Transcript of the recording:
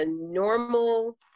normal